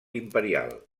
imperial